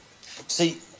See